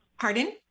pardon